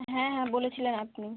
হ্যাঁ হ্যাঁ বলেছিলেন আপনি